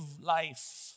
life